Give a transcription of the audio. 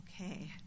okay